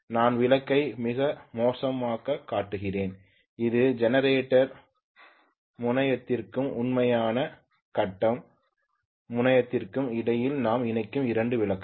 நான் விளக்கை மிகவும் மோசமாகக் காட்டுகிறேன் இது ஜெனரேட்டர் முனையத்திற்கும் உண்மையான கட்டம் முனையத்திற்கும் இடையில் நாம் இணைக்கும் 2 விளக்குகள்